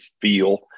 feel